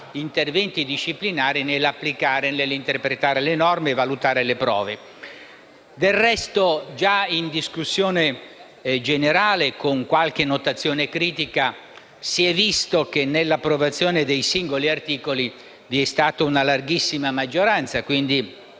interventi disciplinari - nell'applicare e interpretare le norme e nel valutare le prove. Del resto, già in discussione generale, con qualche notazione critica, si è visto che nell'approvazione dei singoli articoli vi è stata una larghissima maggioranza.